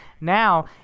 Now